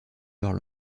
leurs